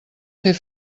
fer